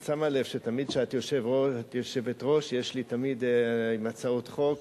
את שמה לב שתמיד כשאת יושבת-ראש יש לי הצעות חוק,